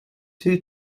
two